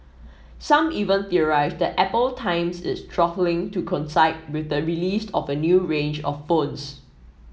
some even theorised that Apple times its throttling to coincide with the released of a new range of phones